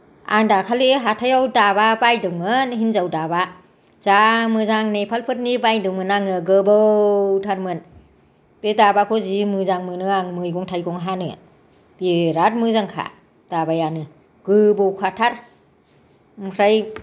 आं दाखालि हाथायाव दाबा बायदोंमोन हिनजाव दाबा जा मोजां नेफालफोरनि बायदोमोन आङो गोबौथारमोन बे दाबाखौ जि मोजां मोनो आं मैगं थाइगं हानो बेराद मोजांखा दाबायानो गोबौखाथार ओमफ्राय